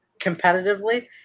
Competitively